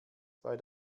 bei